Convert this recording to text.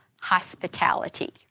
hospitality